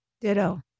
Ditto